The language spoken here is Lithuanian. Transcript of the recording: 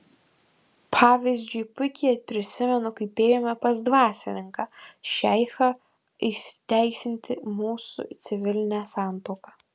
pavyzdžiui puikiai prisimenu kaip ėjome pas dvasininką šeichą įteisinti mūsų civilinę santuoką